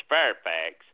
Fairfax